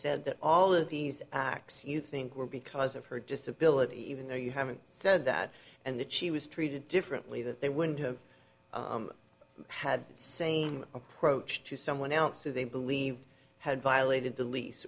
said that all of these acts you think were because of her disability even though you haven't said that and that she was treated differently that they wouldn't have had the same approach to someone else who they believe had violated the lease